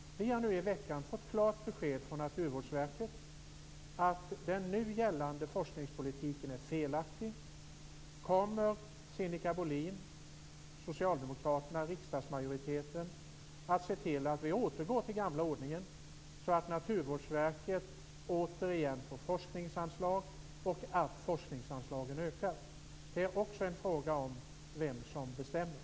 Vi har nu i veckan fått klart besked från Naturvårdsverket att den nu gällande forskningspolitiken är felaktig. Kommer Sinikka Bohlin, socialdemokraterna, riksdagsmajoriteten att se till att vi återgår till den gamla ordningen, så att Naturvårdsverket återigen får forskningsanslag och så att forskningsanslagen ökar? Det är också en fråga om vem som bestämmer.